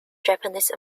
japanese